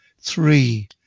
three